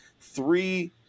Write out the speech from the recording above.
three